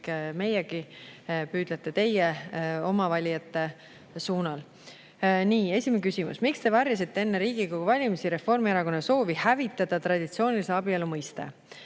meiegi ja püüdlete ka teie oma valijate suunal. Nii, esimene küsimus: "Miks Te varjasite enne Riigikogu valimisi Reformierakonna soovi hävitada traditsioonilise abielu mõiste?"